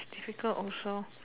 difficult also